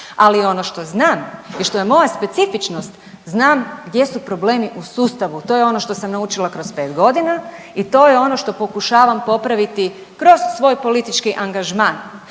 Ali ono što znam i što je moja specifičnost, znam gdje su problemi u sustavu. To je ono što sam naučila kroz 5 godina i to je ono što pokušavam popraviti kroz svoj politički angažman.